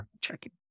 checking